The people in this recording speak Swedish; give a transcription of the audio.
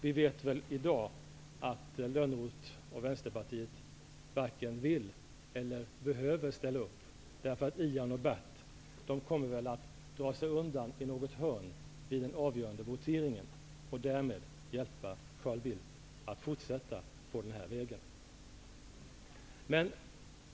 Vi vet väl i dag att Lönnroth och Vänsterpartiet varken vill eller behöver ställa upp, eftersom Ian Wachtmeister och Bert Karlsson nog kommer att dra sig undan i något hörn i den avgörande voteringen och därmed hjälpa Carl Bildt att fortsätta på den inslagna vägen.